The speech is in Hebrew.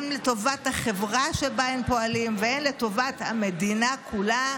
הן לטובת החברה שבה הם פועלים והן לטובת המדינה כולה.